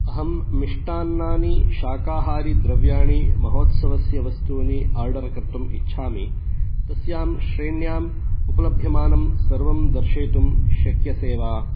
अहं मिष्टान्नानि शाकाहारिद्रव्याणि महोत्सवस्य वस्तूनि आर्डर् कर्तुम् इच्छामि तस्यां श्रेण्याम् उपलभ्यमानं सर्वं दर्शयितुं शक्यते वा